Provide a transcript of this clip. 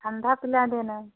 ठंडा पिला दो ना